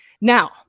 Now